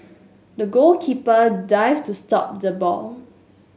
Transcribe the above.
the goalkeeper dived to stop the ball